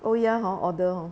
oh ya hor order oh